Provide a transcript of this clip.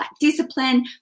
discipline